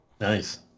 nice